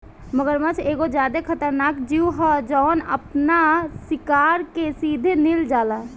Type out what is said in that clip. मगरमच्छ एगो ज्यादे खतरनाक जिऊ ह जवन आपना शिकार के सीधे लिल जाला